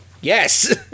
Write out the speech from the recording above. yes